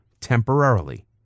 temporarily